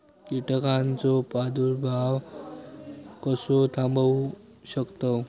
कीटकांचो प्रादुर्भाव कसो थांबवू शकतव?